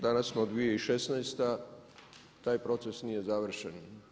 Danas smo 2016. taj proces nije završen.